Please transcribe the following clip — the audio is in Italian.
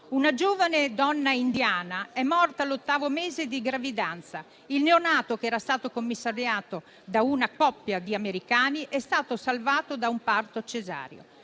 Una giovane donna indiana è morta all'ottavo mese di gravidanza: il neonato, che era stato commissariato da una coppia di americani, è stato salvato da un parto cesareo.